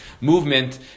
movement